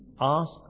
Ask